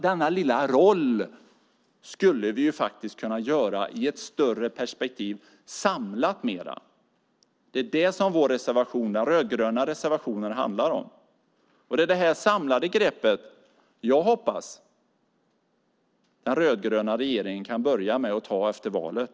Denna lilla roll skulle vi kunna ge i ett större mer samlat perspektiv. Det är det som vår reservation, den rödgröna reservationen, handlar om. Det är det samlade grepp som jag hoppas att den rödgröna regeringen kan börja med att ta efter valet.